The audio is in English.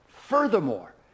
furthermore